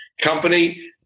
company